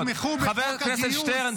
תביא לכאן חוק גיוס,